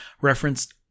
referenced